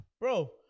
Bro